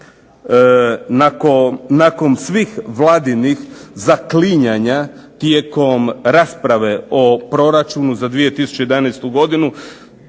Nakon svih vladinih zaklinjanja tijekom rasprave o proračunu za 2011. godinu